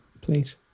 Please